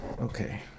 Okay